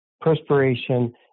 perspiration